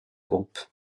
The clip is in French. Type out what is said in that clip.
groupe